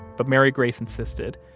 but mary grace insisted,